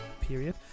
period